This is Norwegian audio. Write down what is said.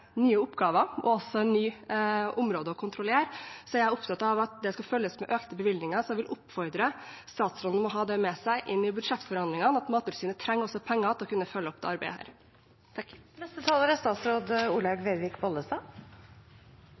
nye oppgaver og et nytt område å kontrollere, er jeg opptatt av at det skal følges med økte bevilgninger. Så jeg vil oppfordre statsråden til å ha med seg inn i budsjettforhandlingene at Mattilsynet også trenger penger til å kunne følge opp dette arbeidet.